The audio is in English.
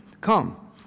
Come